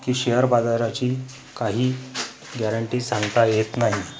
की शेयर बाजाराची काही गॅरेंटी सांगता येत नाही